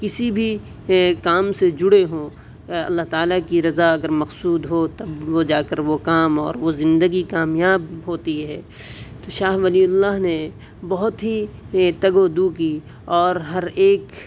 کسی بھی کام سے جڑے ہوں اللہ تعالیٰ کی رضا اگر مقصود ہو تب وہ جا کر وہ کام اور وہ زندگی کامیاب ہوتی ہے تو شاہ ولی اللہ نے بہت ہی تگ و دو کی اور ہر ایک